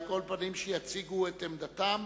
שיציגו את עמדתן.